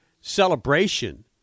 celebration